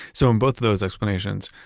so in both of those explanations,